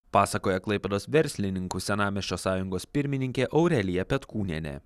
pasakoja klaipėdos verslininkų senamiesčio sąjungos pirmininkė aurelija petkūnienė